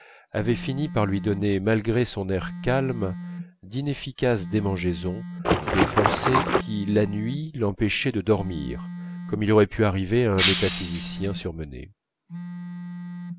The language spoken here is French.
avait fini par lui donner malgré son air calme d'inefficaces démangeaisons de penser qui la nuit l'empêchaient de dormir comme il aurait pu arriver à un métaphysicien surmené